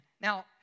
Now